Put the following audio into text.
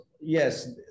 yes